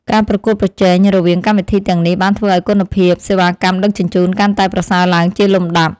ការប្រកួតប្រជែងរវាងកម្មវិធីទាំងនេះបានធ្វើឱ្យគុណភាពសេវាកម្មដឹកជញ្ជូនកាន់តែប្រសើរឡើងជាលំដាប់។